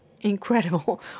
incredible